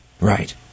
Right